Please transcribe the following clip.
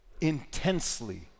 intensely